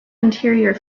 interior